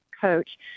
coach